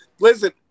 Listen